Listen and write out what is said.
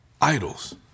idols